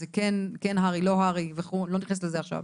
זה כן הר"י, לא הר"י וכו', לא נכנסת לזה עכשיו.